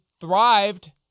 thrived